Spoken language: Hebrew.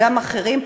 גם אחרים.